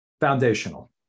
foundational